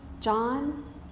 John